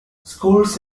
schools